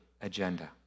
agenda